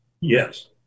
Yes